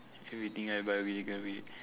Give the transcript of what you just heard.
everything I buy will be taken away